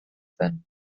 zen